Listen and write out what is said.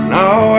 now